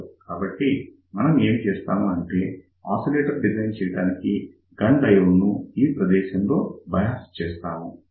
కాబట్టి మనం ఏం చేస్తామంటే ఆసిలేటర్ డిజైన్ చేయడానికి గన్ డయోడ్ ను ఈ ప్రదేశంలో బయాస్ చేస్తాము